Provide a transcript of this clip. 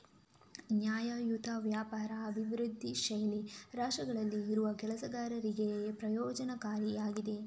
ನ್ಯಾಯಯುತ ವ್ಯಾಪಾರ ಅಭಿವೃದ್ಧಿಶೀಲ ರಾಷ್ಟ್ರಗಳಲ್ಲಿ ಇರುವ ಕೆಲಸಗಾರರಿಗೆ ಪ್ರಯೋಜನಕಾರಿ ಆಗಿದೆ